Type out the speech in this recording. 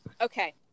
Okay